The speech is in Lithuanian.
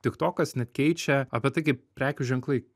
tiktokas net keičia apie tai kaip prekių ženklai